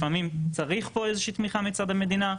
לפעמים צריך פה איזושהי תמיכה מצד המדינה.